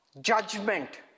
judgment